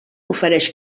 ofereix